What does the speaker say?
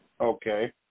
Okay